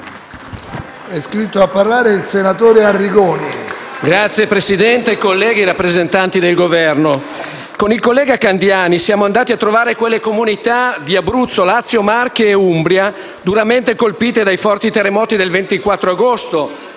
Signor Presidente, colleghi, rappresentanti del Governo, con il collega Candiani siamo andati a trovare quelle comunità di Abruzzo, Lazio, Marche e Umbria duramente colpite dai forti terremoti del 24 agosto,